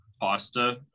pasta